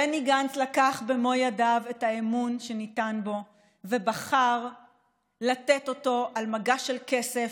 בני גנץ לקח במו ידיו את האמון שניתן בו ובחר לתת אותו על מגש של כסף,